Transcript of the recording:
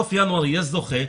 בסוף ינואר יהיה זוכה,